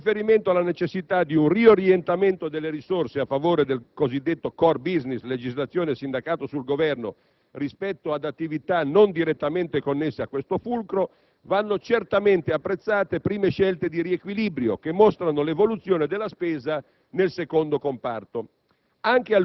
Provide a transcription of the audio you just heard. Con riferimento alla necessità di un riorientamento delle risorse a favore del cosiddetto *core business* (legislazione e sindacato sul Governo) rispetto ad attività non direttamente connesse a questo fulcro, vanno certamente apprezzate prime scelte di riequilibrio, che mostrano l'evoluzione della spesa nel secondo comparto.